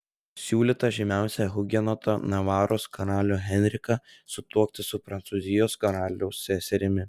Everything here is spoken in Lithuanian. siūlyta žymiausią hugenotą navaros karalių henriką sutuokti su prancūzijos karaliaus seserimi